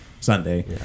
Sunday